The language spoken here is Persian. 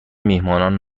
میهمانان